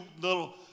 little